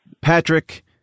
patrick